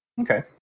Okay